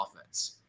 offense